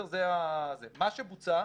מה שבוצע,